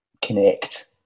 connect